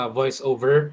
voiceover